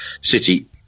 City